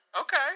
Okay